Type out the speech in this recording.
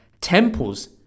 temples